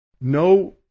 No